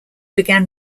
began